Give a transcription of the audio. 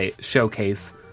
Showcase